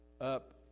up